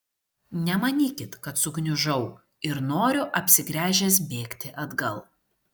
nemanykit kad sugniužau ir noriu apsigręžęs bėgti atgal